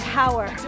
power